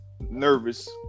nervous